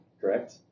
correct